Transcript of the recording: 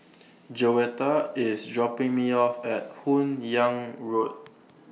Joetta IS dropping Me off At Hun Yeang Road